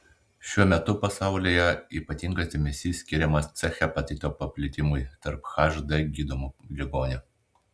šiuo metu pasaulyje ypatingas dėmesys skiriamas c hepatito paplitimui tarp hd gydomų ligonių